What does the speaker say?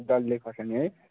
डल्ले खर्सानी है